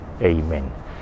Amen